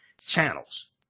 channels